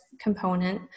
component